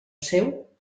seu